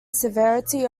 severity